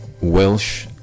Welsh